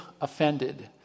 offended